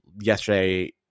yesterday